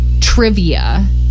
trivia